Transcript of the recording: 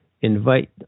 invite